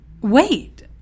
Wait